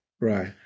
Right